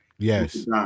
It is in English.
Yes